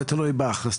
זה תלוי בכך,